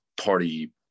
party